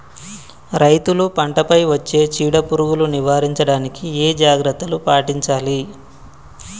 రైతులు పంట పై వచ్చే చీడ పురుగులు నివారించడానికి ఏ జాగ్రత్తలు పాటించాలి?